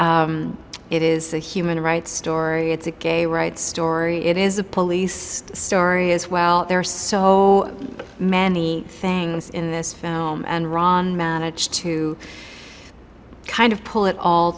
it is a human rights story it's a gay rights story it is a police story as well there are so many things in this film and ron managed to kind of pull it all